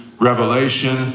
revelation